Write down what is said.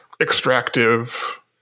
extractive